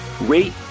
rate